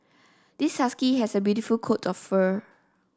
this husky has a beautiful coat of fur